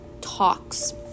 talks